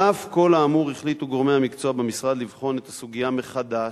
על אף כל האמור החליטו גורמי המקצוע במשרד לבחון את הסוגיה מחדש,